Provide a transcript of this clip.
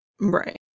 right